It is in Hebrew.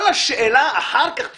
כל השאלה אחר כך תישאל,